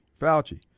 Fauci